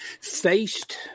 faced